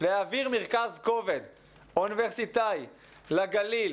להעביר מרכז כובד אוניברסיטאי לגליל